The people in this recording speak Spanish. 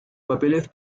papeles